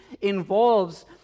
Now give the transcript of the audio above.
involves